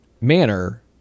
manner